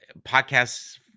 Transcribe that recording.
podcasts